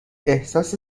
احساس